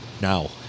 now